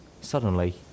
Suddenly